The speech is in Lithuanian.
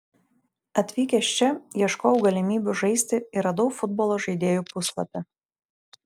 atvykęs čia ieškojau galimybių žaisti ir radau futbolo žaidėjų puslapį